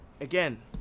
again